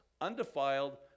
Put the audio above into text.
undefiled